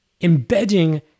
embedding